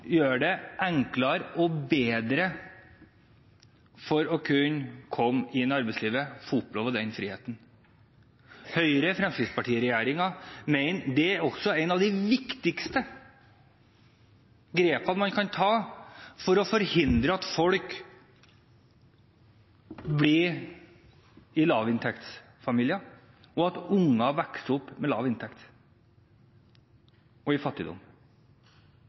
gjør det enklere og bedre å komme inn i arbeidslivet og oppleve den friheten. Høyre–Fremskrittsparti-regjeringen mener det er et av de viktigste grepene man kan ta for å forhindre at familier blir lavinntektsfamilier, og at unger vokser opp med lav inntekt og i fattigdom.